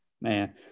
Man